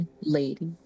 lady